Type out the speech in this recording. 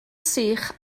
sych